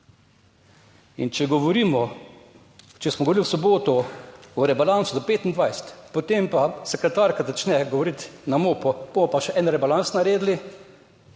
In če govorimo, če smo govorili v soboto, o rebalansu do 2025, potem pa sekretarka začne govoriti na MOPE, pol bomo pa še en rebalans naredili.